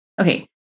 Okay